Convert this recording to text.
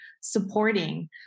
supporting